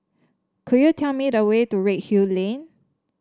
could you tell me the way to Redhill Lane